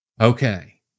Okay